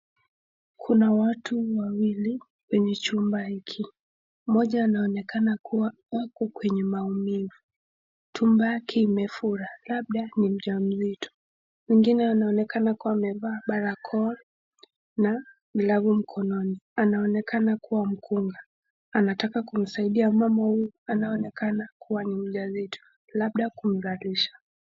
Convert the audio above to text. Kuna watu wawili kwenye chumba hiki. Mmoja anaonekana kuwa yupo kwenye maumivu. Tumbo lake limefura, labda ni mjamzito. Mwingine anaonekana kuwa amevaa barakoa na glavu mkononi. Anaonekana kuwa mkunga, anataka kumsaidia mama huyu anayeonekana kuwa ni mjamzito labda kumzalisha.